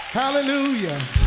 hallelujah